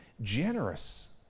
generous